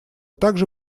также